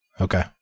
Okay